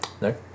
No